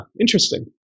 interesting